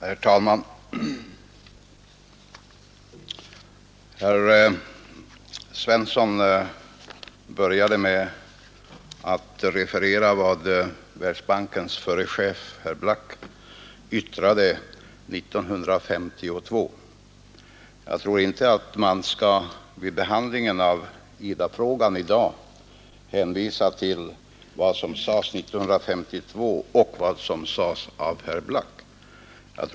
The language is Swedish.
Herr talman! Herr Svensson i Malmö började sitt anförande med att referera vad Världsbankens förre chef Eugene Black yttrade år 1952. Jag tror inte att man vid behandlingen av IDA-frågan i dag skall hänvisa till vad som sades år 1952 och vad som sades av mr Black.